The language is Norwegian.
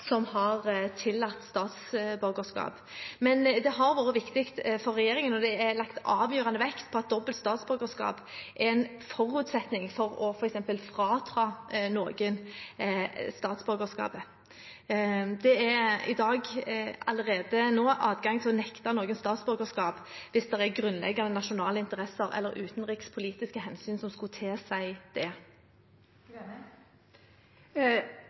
som har tillatt dobbelt statsborgerskap. Men det har vært viktig for regjeringen, og det er lagt avgjørende vekt på, at dobbelt statsborgerskap er en forutsetning for f.eks. å frata noen statsborgerskapet. Det er i dag allerede adgang til å nekte noen statsborgerskap hvis det er grunnleggende nasjonale interesser eller utenrikspolitiske hensyn som skulle tilsi det.